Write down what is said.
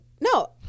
No